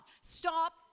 Stop